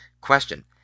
Question